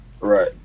Right